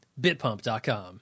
Bitpump.com